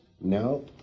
No